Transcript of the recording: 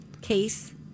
case